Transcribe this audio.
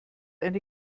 eine